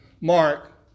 Mark